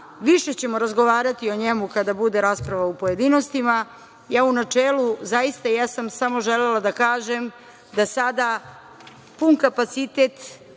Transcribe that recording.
Više ćemo razgovarati o njemu kada bude rasprava u pojedinostima. Ja u načelu, zaista, jesam samo želela da kažem da sada pun kapacitet